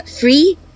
free